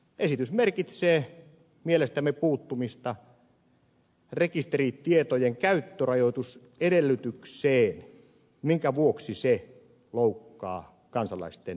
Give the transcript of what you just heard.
esitys merkitsee mielestämme puuttumista rekisteritietojen käyttörajoitusedellytykseen minkä vuoksi se loukkaa kansalaisten perusoikeuksia